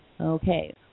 Okay